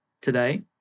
today